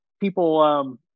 people